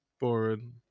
Boring